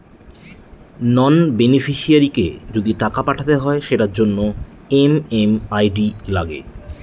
নন বেনিফিশিয়ারিকে যদি টাকা পাঠাতে হয় সেটার জন্য এম.এম.আই.ডি লাগে